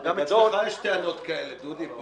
אבל גם אצלך יש טענות כאלה, דודי.